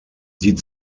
die